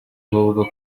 ahubwo